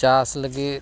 ᱪᱟᱥ ᱞᱟᱹᱜᱤᱫ